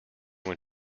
when